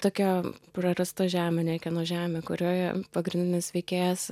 tokia prarasta žemė niekieno žemė kurioje pagrindinis veikėjas